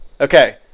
Okay